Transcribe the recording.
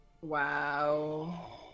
Wow